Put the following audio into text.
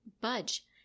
budge